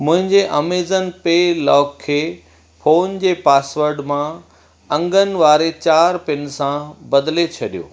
मुंहिंजे Amazon Pay lock खे phone जे पासवर्ड मां अंगनि वारे चार पिन सां बदिले छॾियो